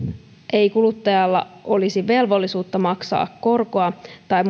ei kuluttajalla olisi velvollisuutta maksaa korkoa tai